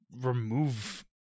remove